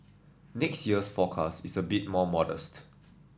next year's forecast is a bit more modest